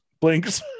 blinks